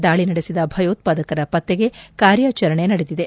ದಾಳಿ ನಡೆಸಿದ ಭಯೋತ್ಪಾದಕರ ಪತ್ತೆಗೆ ಕಾರ್ಯಾಚರಣೆ ನಡೆದಿದೆ